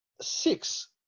Six